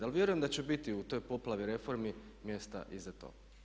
Ali vjerujem da će biti u toj poplavi reformi mjesta i za to.